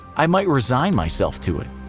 i might resign myself to it.